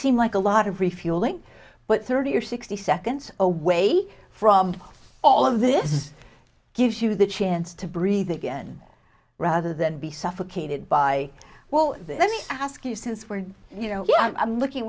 seem like a lot of refuelling but thirty or sixty seconds away from all of this gives you the chance to breathe again rather than be suffocated by well let me ask you since we're you know i'm looking